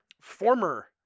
former